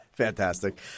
Fantastic